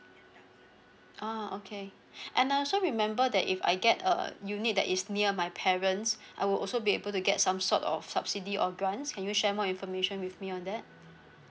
ah okay and I also remember that if I get uh unit that is near my parents I will also be able to get some sort of subsidy or grants can you share more information with me on that